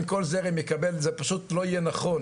כל זרם מקבל זה פשוט לא יהיה נכון,